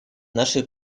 нашей